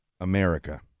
America